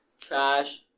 Trash